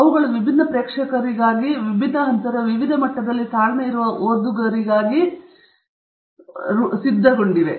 ಆದ್ದರಿಂದ ಅವುಗಳು ವಿಭಿನ್ನ ಪ್ರೇಕ್ಷಕರಿಗಾಗಿ ವಿಭಿನ್ನ ಹಂತದ ಆಳತೆಗೆ ವಿವಿಧ ಮಟ್ಟದಲ್ಲಿ ತಾಳ್ಮೆಯಿಂದ ಓದುವಂತಹವರಿಗೆ ಇವುಗಳು ವಿಭಿನ್ನವಾಗಿವೆ ಅವರು ನಿಮ್ಮಿಂದ ಹೊರತುಪಡಿಸಿ ಬೇರೆಯಾಗಿ ಬರೆಯಲಾಗಿದೆ